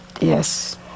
Yes